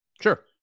Sure